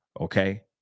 Okay